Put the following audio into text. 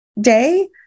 day